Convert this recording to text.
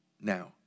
now